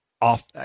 off